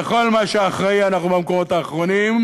בכל מה שאחראי, אנחנו במקומות האחרונים,